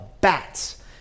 bats